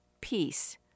peace